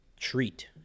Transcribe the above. treat